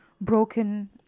broken